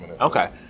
Okay